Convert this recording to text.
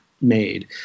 made